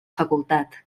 facultat